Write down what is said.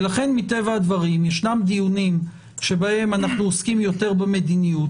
לכן מטבע הדברים ישנם דיונים בהם אנחנו עוסקים יותר במדיניות.